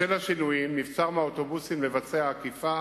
בשל השינויים נבצר מהאוטובוסים לבצע עקיפה